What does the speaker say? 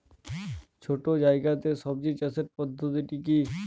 ছোট্ট জায়গাতে সবজি চাষের পদ্ধতিটি কী?